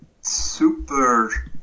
super